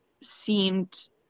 seemed